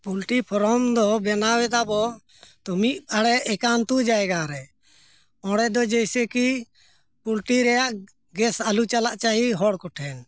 poultry farm ᱫᱚ ᱵᱮᱱᱟᱣ ᱮᱫᱟ ᱵᱚᱱ ᱛᱚ ᱢᱤᱫ ᱟᱲᱮ ᱮᱠᱟᱱᱛᱚ ᱡᱟᱭᱜᱟ ᱨᱮ ᱚᱸᱰᱮ ᱫᱚ ᱡᱮᱭᱥᱮ ᱠᱤ ᱯᱳᱞᱴᱨᱤ ᱨᱮᱱᱟᱜ ᱜᱮᱥ ᱟᱞᱚ ᱪᱟᱞᱟᱜ ᱪᱟᱹᱦᱤ ᱦᱚᱲ ᱠᱚᱴᱷᱮᱱ